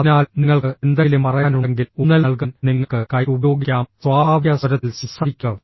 അതിനാൽ നിങ്ങൾക്ക് എന്തെങ്കിലും പറയാനുണ്ടെങ്കിൽ ഊന്നൽ നൽകാൻ നിങ്ങൾക്ക് കൈ ഉപയോഗിക്കാം സ്വാഭാവിക സ്വരത്തിൽ സംസാരിക്കുക